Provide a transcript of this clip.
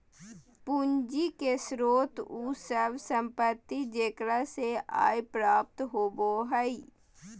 पूंजी के स्रोत उ सब संपत्ति जेकरा से आय प्राप्त होबो हइ